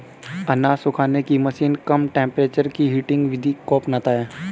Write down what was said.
अनाज सुखाने की मशीन कम टेंपरेचर की हीटिंग विधि को अपनाता है